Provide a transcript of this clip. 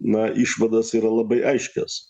na išvados yra labai aiškios